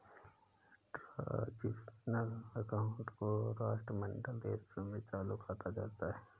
transitional account को राष्ट्रमंडल देशों में चालू खाता कहा जाता है